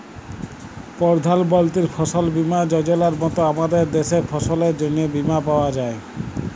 পরধাল মলতির ফসল বীমা যজলার মত আমাদের দ্যাশে ফসলের জ্যনহে বীমা পাউয়া যায়